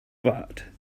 but